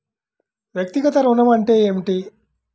వ్యక్తిగత ఋణం అంటే ఏమిటి?